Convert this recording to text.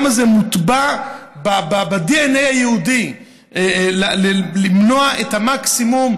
כמה זה מוטבע בדנ"א היהודי למנוע את מקסימום